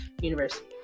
university